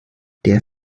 der